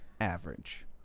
average